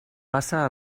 passa